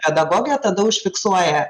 pedagogė tada užfiksuoja